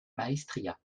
maestria